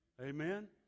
Amen